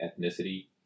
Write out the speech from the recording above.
ethnicity